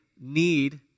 need